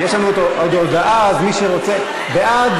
יש לנו עוד הודעה, אז מי שרוצה, בעד,